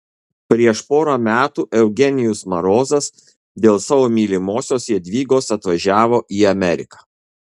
prieš porą metų eugenijus marozas dėl savo mylimosios jadvygos atvažiavo į ameriką